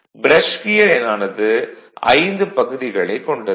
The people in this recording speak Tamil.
ப்ரஷ் கியர் ஆனது 5 பகுதிகளைக் கொண்டது